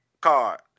card